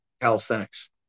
calisthenics